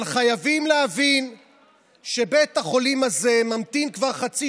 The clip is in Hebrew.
אבל חייבים להבין שבית החולים הזה ממתין כבר חצי